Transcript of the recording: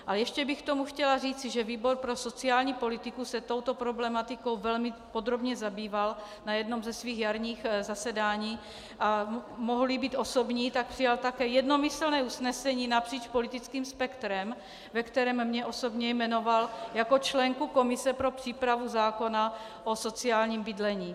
Ale ještě bych k tomu chtěla říci, že výbor pro sociální politiku se touto problematikou velmi podrobně zabýval na jednom ze svých jarních zasedání, a mohuli být osobní, tak přijal také jednomyslné usnesení napříč politickým spektrem, ve kterém mě osobně jmenoval jako členku komise pro přípravu zákona o sociálním bydlení.